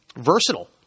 versatile